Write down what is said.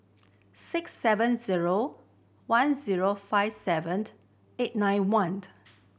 six seven zero one zero five seven eight nine one